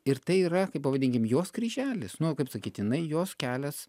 ir tai yra kaip pavadinkim jos kryželis nu kaip sakyt jinai jos kelias